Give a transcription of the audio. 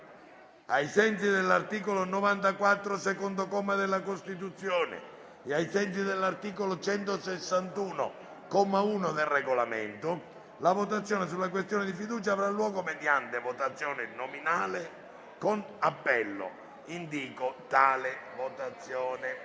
ai sensi dell'articolo 94, secondo comma, della Costituzione e ai sensi dell'articolo 161, comma 1, del Regolamento, la votazione sulla questione di fiducia avrà luogo mediante votazione nominale con appello. Come stabilito